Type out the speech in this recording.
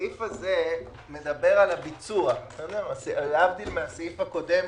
הסעיף הזה מדבר על הביצוע, להבדיל מהסעיף הקודם